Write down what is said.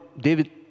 David